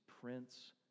prince